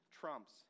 trumps